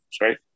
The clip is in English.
right